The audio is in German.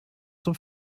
zum